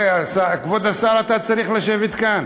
כבוד השר, אתה צריך לשבת כאן.